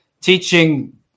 teaching